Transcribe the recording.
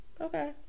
Okay